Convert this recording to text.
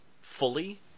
fully